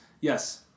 Yes